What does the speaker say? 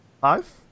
five